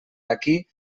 aquí